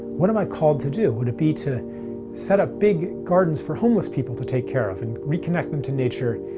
what am i called to do? would it be to set up big gardens for homeless people to take care of, and reconnect them to nature?